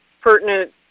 pertinent